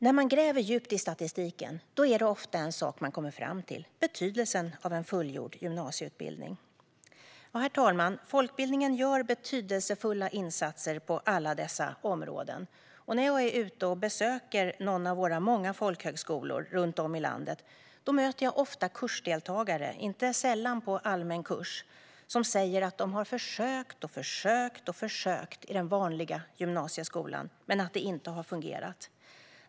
När man gräver djupt i statistiken är det ofta en sak man kommer fram till: betydelsen av en fullgjord gymnasieutbildning. Herr talman! Folkbildningen gör betydelsefulla insatser på alla dessa områden. När jag är ute och besöker någon av våra många folkhögskolor runt om i landet möter jag ofta kursdeltagare, inte sällan på allmän kurs, som säger att de har försökt och försökt i den vanliga gymnasieskolan men att det inte har fungerat.